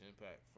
impact